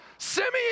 Simeon